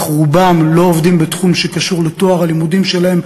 אך רובם לא עובדים בתחום שקשור לתואר הלימודים שלהם.